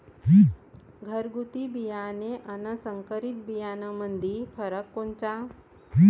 घरगुती बियाणे अन संकरीत बियाणामंदी फरक कोनचा?